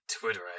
Twitter